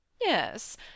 yes